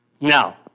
Now